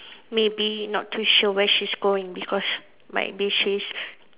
maybe not to show where she's going because might be she is